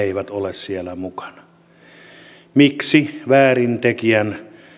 eivät ole siellä mukana miksi väärintekijän